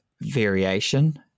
variation